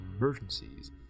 emergencies